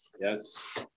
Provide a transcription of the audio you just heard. Yes